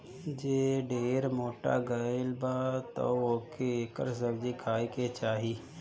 जे ढेर मोटा गइल बा तअ ओके एकर सब्जी खाए के चाही